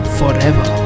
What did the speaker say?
forever